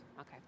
Okay